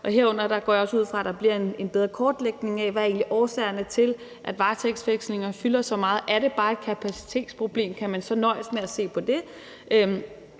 herunder går jeg også ud fra, der bliver en bedre kortlægning af, hvad årsagerne egentlig er til, at varetægtsfængslinger fylder så meget. Er det bare et kapacitetsproblem? Kan man så nøjes med at se på det?